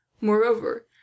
moreover